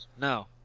No